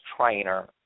trainer